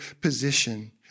position